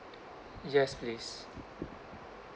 yes please